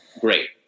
Great